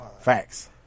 Facts